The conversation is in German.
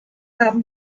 haben